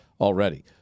already